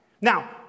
Now